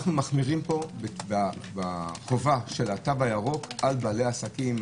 אנו מחמירים פה בחובה של התו הירוק על בעלי עסקים,